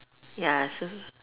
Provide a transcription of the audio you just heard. ya so